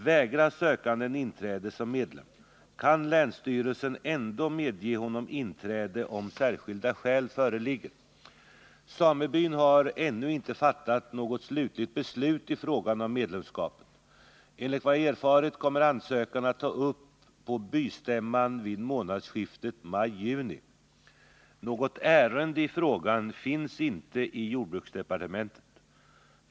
Vägras sökanden inträde som medlem kan länsstyrelsen ändå medge honom inträde, om särskilda skäl föreligger. Samebyn har ännu inte fattat något slutligt beslut i frågan om medlemskapet. Enligt vad jag erfarit kommer ansökan att tas upp på bystämman vid månadsskiftet maj-juni. Något ärende i frågan finns inte i jordbruksdepartementet.